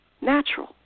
natural